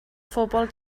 phobl